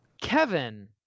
Kevin